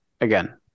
again